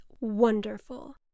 wonderful